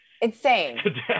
Insane